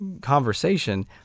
conversation